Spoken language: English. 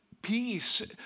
Peace